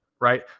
right